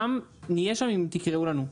נהיה שם אם תקראו לנו.